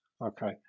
Okay